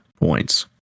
points